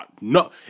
no